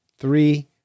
Three